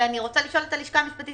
ואני רוצה לשאול את הלשכה המשפטית